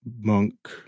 monk